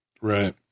Right